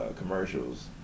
commercials